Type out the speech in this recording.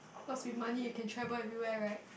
cause with money you can travel everywhere right